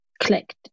clicked